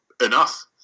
enough